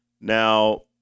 Now